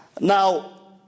Now